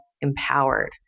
empowered